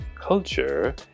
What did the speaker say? culture